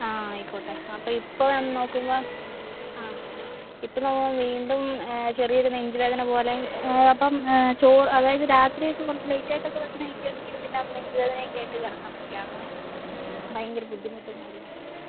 ആ ആയിക്കോട്ടെ അപ്പം ഇപ്പോൾ നോക്കുമ്പോൾ ആ ഇപ്പം നമ്മൾ വീണ്ടും ചെറിയൊരു നെഞ്ച് വേദന പോലെ അപ്പം ചോറു അതായത് രാത്രിയൊക്ക കുറച്ച് ലേറ്റായിട്ടൊക്കെ ഭക്ഷണം കഴിക്കുകയാണെങ്കിൽ പിന്നെ നെഞ്ച് വേദന ഒക്കെ ആയിട്ട് കിടക്കാൻ പറ്റില്ല അങ്ങനെ ഭയങ്കര ബുദ്ധിമുട്ടും കാര്യങ്ങളും ഒക്കെ ആണ്